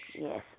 Yes